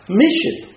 mission